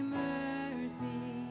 mercy